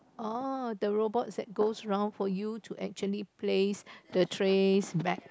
oh the robots that go around for you to actually place the trays back